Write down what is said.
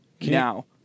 now